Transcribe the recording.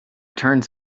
turns